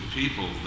people